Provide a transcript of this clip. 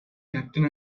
captain